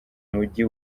mujyi